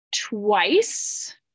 twice